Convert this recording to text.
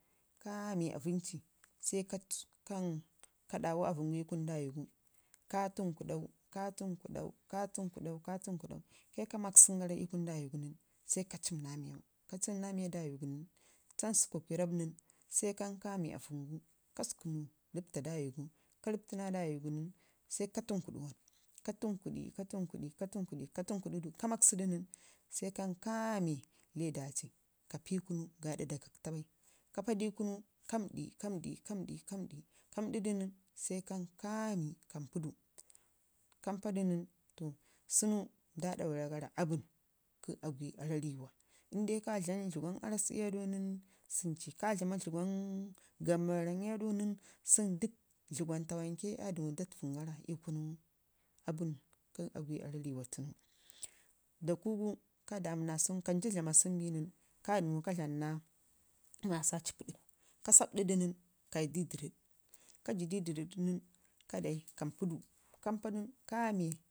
kamai aavən ci ka ɗawi aavən gu ii kunu dawigu ka tənkuɗau, ka tən kuɗau ka tən kudau kaika maskən gara ii kunu dawi du nən sai ka ciim naa miyau ka ciim na miya dawo gu nən, sukawa lauyu razab nən sai kan ka rəbai miya dawi gu ka tən kuɗi wam ka tən kudi, ka tən kudi ka tənkudi ka maskədu nən sai kan kami ledaci ka pii kunu gaaɗa da kakta bai ka padi ii kunu nən ka mə ɗi kamə ɗi ka mədi ka mədu nən sai kan kampudu kampudu nən to sunu nda ɗauragara aabən kə agwi aarrariwa inde ka dlam dləgwan aarras ii aɗau nən sun ci, ka dlama dləgwan gambaram ii aɗau nən sunu dək dləgwan tawanke aa dəmmu da təfəngara ii kunu aabən kə agwi aarririwa tunu. Dakugu ka damunaa sungu kancu binən ka dəmu ka dlam naa massaci pədək, ka sabɗidu nən kayi du ii jərəɗ ka jidu ii dərəd nən ka dan kampu du kampadu nən ka maɗ